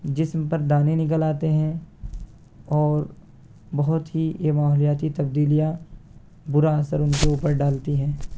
جسم پر دانے نکل آتے ہیں اور بہت ہی یہ ماحولیاتی تبدیلیاں برا اثر ان کے اوپر ڈالتی ہیں